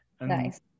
Nice